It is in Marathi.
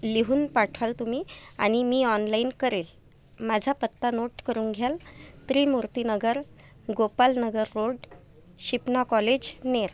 लिहून पाठवाल तुम्ही मी ऑनलाईन करेल माझा पत्ता नोट करून घ्याल त्रिमूर्तीनगर गोपालनगर रोड शिपना कॉलेज नेर